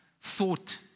thought